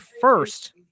first